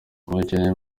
umukinnyi